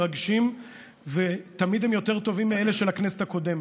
מרגשים ותמיד הם יותר טובים מאלה של הכנסת הקודמת,